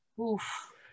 Oof